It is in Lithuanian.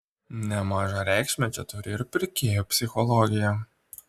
nemažą reikšmę čia turi ir pirkėjų psichologija